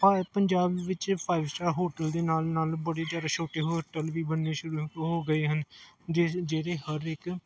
ਭਾਵੇਂ ਪੰਜਾਬ ਵਿੱਚ five star hotel ਦੇ ਨਾਲ ਨਾਲ ਬੜੇ ਜ਼ਿਆਦਾ ਛੋਟੇ ਹੋਟਲ ਵੀ ਬਣਨੇ ਸ਼ੁਰੂ ਹੋ ਗਏ ਹਨ ਜਿਹ ਜਿਹਦੇ ਹਰ ਇੱਕ